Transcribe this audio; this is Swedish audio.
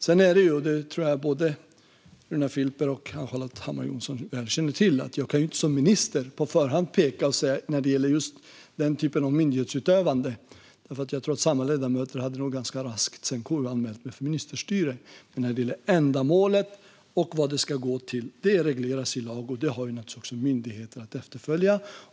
Sedan tror jag att både Runar Filper och Ann-Charlotte Hammar Johnsson väl känner till att jag som minister inte på förhand kan peka och säga något när det gäller just den typen av myndighetsutövande. Då tror jag att samma ledamöter ganska raskt hade KU-anmält mig för ministerstyre. Men när det gäller ändamålet och vad detta ska gå till regleras det i lag, och det har naturligtvis myndigheter att följa.